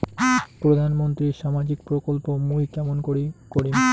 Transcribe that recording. প্রধান মন্ত্রীর সামাজিক প্রকল্প মুই কেমন করিম?